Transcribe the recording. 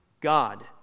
God